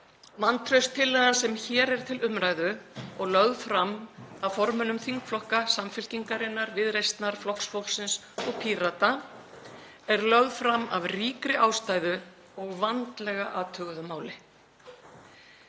Vantrauststillagan sem hér er til umræðu, og er lögð fram af formönnum þingflokka Samfylkingarinnar, Viðreisnar, Flokks fólksins og Pírata, er lögð fram af ríkri ástæðu og að vandlega athuguðu máli.